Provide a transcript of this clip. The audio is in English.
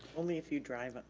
only if you drive up.